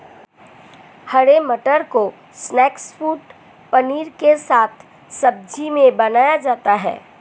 हरे मटर को snack food paneer के साथ सब्जी में बनाया जाता है